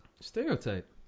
Stereotype